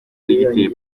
dogiteri